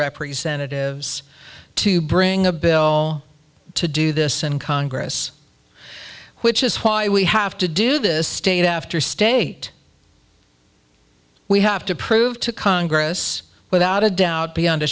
representatives to bring a bill to do this and congress which is why we have to do this state after state we have to prove to congress without a doubt beyond a